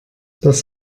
das